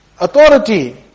authority